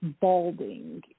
balding